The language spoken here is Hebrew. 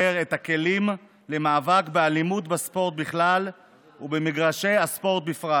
את הכלים למאבק באלימות בספורט בכלל ובמגרשי הספורט בפרט,